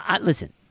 listen